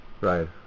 Right